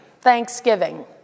Thanksgiving